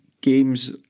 games